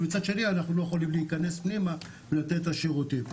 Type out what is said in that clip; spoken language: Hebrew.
ומצד שני אנחנו לא יכולים להיכנס פנימה ולתת את השירותים.